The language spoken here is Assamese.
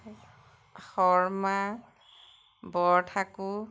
শৰ্মা বৰঠাকুৰ